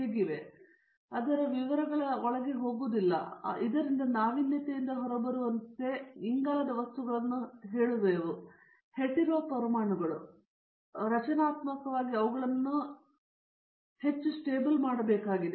ನಾವು ಅದರ ವಿವರಗಳ ಒಳಗೆ ಹೋಗುವುದಿಲ್ಲ ಇದರಿಂದ ನಾವೀನ್ಯತೆಯಿಂದ ಹೊರಬರುವಂತೆ ನಾವು ಇಂಗಾಲದ ವಸ್ತುಗಳನ್ನು ಹೇಳುತ್ತಿದ್ದೆವು ಹೆಟೆರೊ ಪರಮಾಣುಗಳು ಮತ್ತು ರಚನಾತ್ಮಕವಾಗಿ ಅವುಗಳನ್ನು ಹೆಚ್ಚು stabled ಮಾಡಬೇಕಾಗಿದೆ